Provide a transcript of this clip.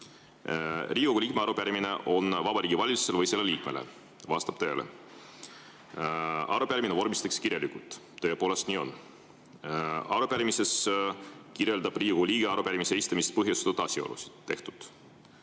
"Riigikogu liikme arupärimine on Vabariigi Valitsusele või selle liikmele […]" Vastab tõele. "Arupärimine vormistatakse kirjalikult." Tõepoolest, nii on. "Arupärimises kirjeldab Riigikogu liige arupärimise esitamist põhjustanud asjaolusid." Tehtud.